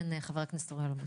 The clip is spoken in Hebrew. כן, חבר הכנסת אוריאל בוסו.